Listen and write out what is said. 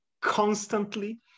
constantly